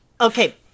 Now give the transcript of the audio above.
okay